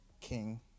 King